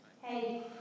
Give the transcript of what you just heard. Hey